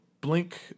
blink